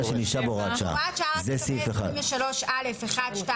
לגבי 23(א)1, 2,